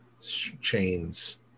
chains